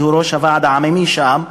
שהוא ראש הוועד העממי שם,